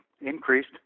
increased